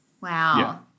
Wow